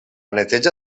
neteja